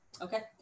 Okay